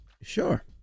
Sure